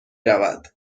رود